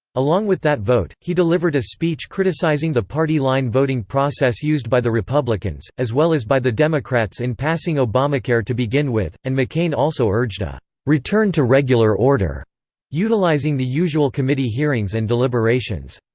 along with that vote, he delivered a speech criticizing criticizing the party-line voting process used by the republicans, as well as by the democrats in passing obamacare to begin with, and mccain also urged a return to regular order utilizing the usual committee hearings and deliberations.